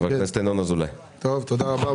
תודה רבה.